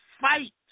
fight